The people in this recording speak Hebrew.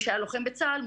מי שהיה לוחם בצה"ל,